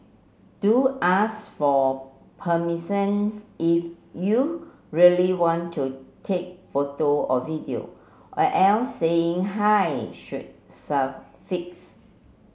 do ask for if you really want to take photo or video or else saying hi should